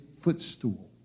footstool